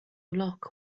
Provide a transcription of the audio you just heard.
lock